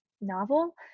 novel